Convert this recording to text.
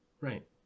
Right